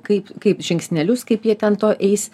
kaip kaip žingsnelius kaip jie ten to eis